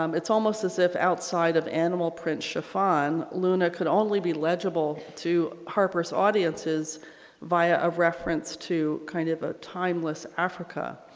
um it's almost as if outside of animal print chiffon luna could only be legible to harper's audiences via a reference to kind of a timeless africa.